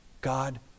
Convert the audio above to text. God